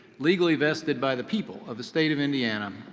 legally vested by the people of the state of indiana,